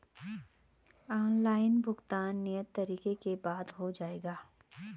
Online भुगतान नियत तारीख के बाद हो जाएगा?